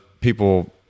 people